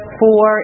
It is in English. four